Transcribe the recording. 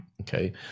okay